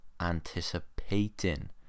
anticipating